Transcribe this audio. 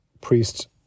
priest